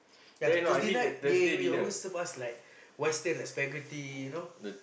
yea Thursday night yay they always serve us like western like spaghetti you know